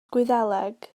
gwyddeleg